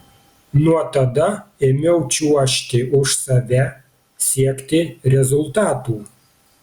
nuo tada ėmiau čiuožti už save siekti rezultatų